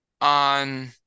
on